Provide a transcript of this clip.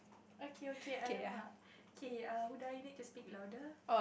okay okay !alamak! K err Huda you need to speak louder